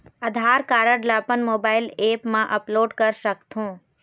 आधार card ला अपन mobile app मा अपलोड कर सकथों?